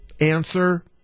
answer